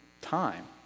time